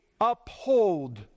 uphold